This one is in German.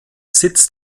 sitz